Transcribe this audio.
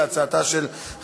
גם הצעת החוק